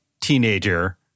teenager